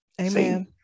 Amen